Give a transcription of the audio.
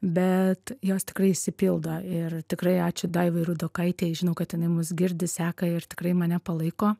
bet jos tikrai išsipildo ir tikrai ačiū daivai rudokaitei žinau kad jinai mus girdi seka ir tikrai mane palaiko